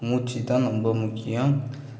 மூச்சு தான் ரொம்ப முக்கியம்